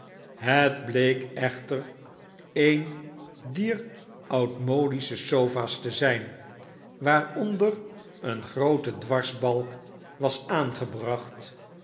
het bleek echter een dier oudmodische sofa's te zyn waaronder een groote dwarsbalk was aangebracht